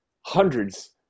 hundreds